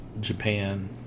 Japan